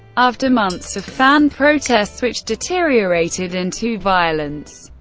after months of fan protests, which deteriorated into violence,